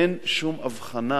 אין שום הבחנה